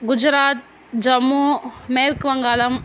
குஜராத் ஜம்மு மேற்கு வங்காளம்